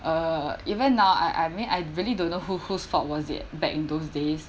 uh even now I I mean I really don't know who whose fault was it back in those days